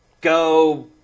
Go